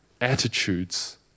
attitudes